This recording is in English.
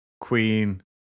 queen